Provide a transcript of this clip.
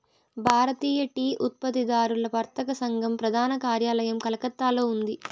భారతీయ tea ఉత్పత్తిదారుల వర్తక సంఘం ప్రధాన కార్యాలయం కలకత్తాలో ఉంది